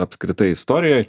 apskritai istorijoj